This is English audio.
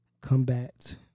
combat